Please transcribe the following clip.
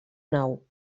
nau